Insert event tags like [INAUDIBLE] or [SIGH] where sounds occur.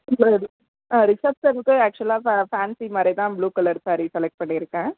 [UNINTELLIGIBLE] ஆ ரிசப்ஷனுக்கு ஆக்சுவலாக ஃபேன்சி மாதிரிதான் ப்ளூ கலர் சாரீ செலெக்ட் பண்ணியிருக்கேன்